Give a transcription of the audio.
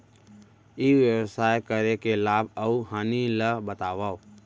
ई व्यवसाय करे के लाभ अऊ हानि ला बतावव?